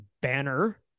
banner